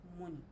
money